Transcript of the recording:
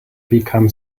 become